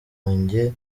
wanjye